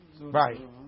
Right